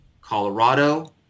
Colorado